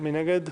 מי נגד?